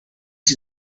see